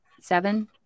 seven